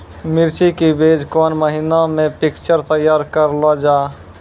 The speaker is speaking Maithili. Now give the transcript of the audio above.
मिर्ची के बीज कौन महीना मे पिक्चर तैयार करऽ लो जा?